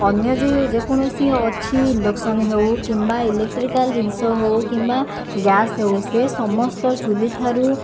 ଅନ୍ୟ ଯେଉଁ ଯେକୌଣସି ଅଛି ଇଣ୍ଡକ୍ସନ ହେଉ କିମ୍ବା ଇଲେକ୍ଟ୍ରିକାଲ ଜିନିଷ ହେଉ କିମ୍ବା ଗ୍ୟାସ୍ ହେଉ ସେ ସମସ୍ତ ଚୁଲି ଠାରୁ